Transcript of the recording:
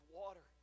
water